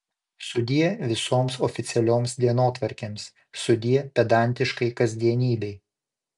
sudie visoms oficialioms dienotvarkėms sudie pedantiškai kasdienybei